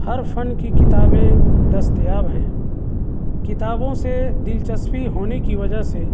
ہر فن کی کتابیں دستیاب ہیں کتابوں سے دلچسپی ہونے کی وجہ سے